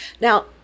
Now